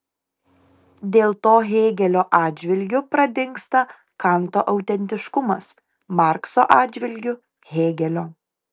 dėl to hėgelio atžvilgiu pradingsta kanto autentiškumas markso atžvilgiu hėgelio